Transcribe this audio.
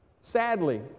Sadly